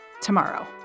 tomorrow